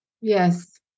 Yes